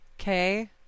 Okay